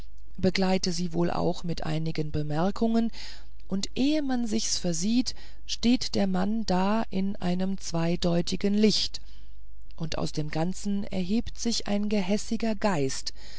begleite sie auch wohl mit einigen bemerkungen und ehe man sich's versieht steht der mann da in einem zweideutigen licht und aus dem ganzen erhebt sich ein gehässiger geist